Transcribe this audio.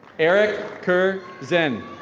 eric ker zin.